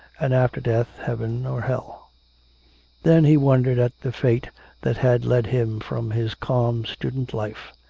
and after death heaven or hell then he wondered at the fate that had led him from his calm student life.